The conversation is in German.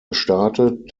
gestartet